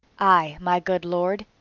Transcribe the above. i, my good lord,